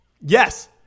Yes